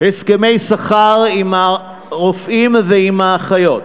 הסכמי שכר עם הרופאים ועם האחיות,